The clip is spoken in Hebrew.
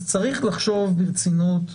צריך לחשוב ברצינות - שוב,